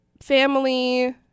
family